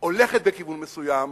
הולכת בכיוון מסוים,